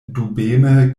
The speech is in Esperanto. dubeme